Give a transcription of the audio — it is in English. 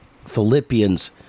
Philippians